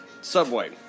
Subway